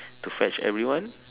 to fetch everyone